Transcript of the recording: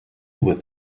with